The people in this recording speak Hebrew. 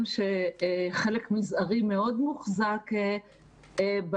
על כך שחלק מזערי מאוד מוחזק בממ"חים,